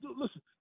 Listen